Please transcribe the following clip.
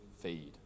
feed